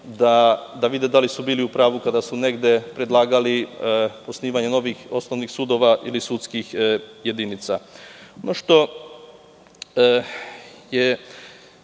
da vide da li su bili u pravu kada su predlagali osnivanje novih osnovnih sudova ili sudskih jedinica. Ono što je